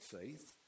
faith